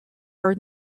are